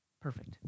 Perfect